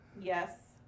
Yes